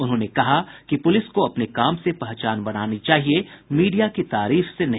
उन्होंने कहा कि पुलिस को अपने काम से पहचान बनानी चाहिए मीडिया की तारीफ से नहीं